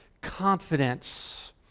confidence